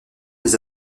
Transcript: des